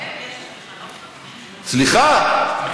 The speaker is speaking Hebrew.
סליחה.